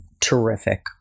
Terrific